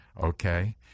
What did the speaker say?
okay